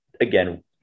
again